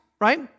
right